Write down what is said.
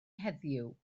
heddiw